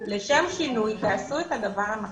לשם שינוי תעשו את הדבר הנכון,